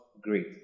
great